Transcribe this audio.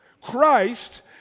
Christ